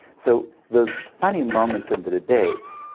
so those funny moments in the debates,